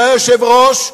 שהיה היושב-ראש,